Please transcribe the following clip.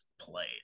played